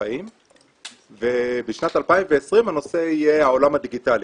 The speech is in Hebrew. חיים ובשנת 2020 הנושא יהיה העולם הדיגיטלי,